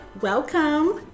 welcome